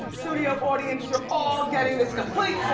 studio audience, you're all getting this complete